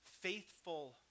faithful